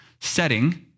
setting